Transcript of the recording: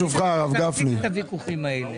אני מבקש להפסיק את הוויכוחים האלה,